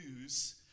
news